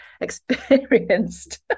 experienced